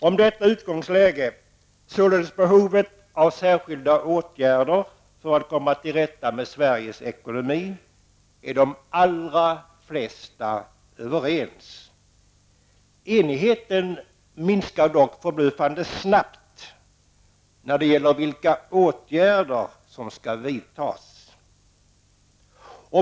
Om detta utgångsläge -- om behovet av särskilda åtgärder för att komma till rätta med Sveriges ekonomi -- är de flesta överens. Enigheten minskar dock förbluffande snabbt när det gäller vilka åtgärder som skall vidtas.